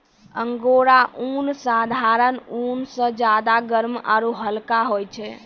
angora ऊन साधारण ऊन स ज्यादा गर्म आरू हल्का होय छै